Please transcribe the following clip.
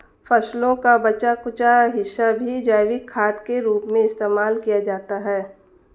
फसलों का बचा कूचा हिस्सा भी जैविक खाद के रूप में इस्तेमाल किया जाता है